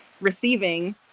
receiving